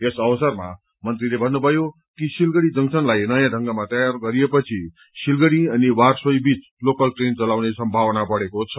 यस अवसरमा मन्त्रीले भन्नुभयो कि सिलगढ़ी जंक्शनलाई नयाँ ढंगमा तयार गरिएपछि सिलगढ़ी अनि बारसोईबीच लोकल ट्रेन चलाउने सम्भावना बढ़ेको छ